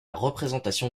représentation